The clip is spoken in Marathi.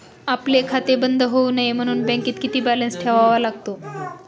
आपले खाते बंद होऊ नये म्हणून बँकेत किती बॅलन्स ठेवावा लागतो?